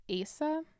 Asa